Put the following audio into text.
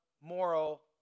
moral